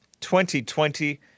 2020